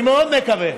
אני מאוד מקווה,